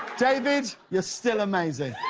david, you're still amazing.